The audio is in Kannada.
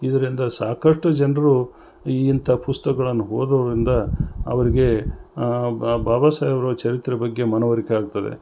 ಇದರಿಂದ ಸಾಕಷ್ಟು ಜನರು ಇಂಥ ಪುಸ್ತಕ್ಗಳನ್ ಓದೋದ್ರಿಂದ ಅವರಿಗೆ ಬಾಬಾ ಸಾಹೇಬ್ರ್ ಚರಿತ್ರೆ ಬಗ್ಗೆ ಮನವರಿಕೆ ಆಗ್ತದೆ